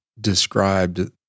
described